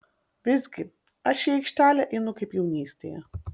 visgi aš į aikštelę einu kaip jaunystėje